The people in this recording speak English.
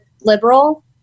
liberal